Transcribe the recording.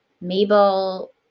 Mabel